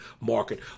market